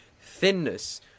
thinness